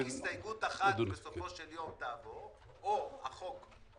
למועדים שבסופו של דבר יתאימו עד להגעה לסיכום בינינו לבין כחול לבן,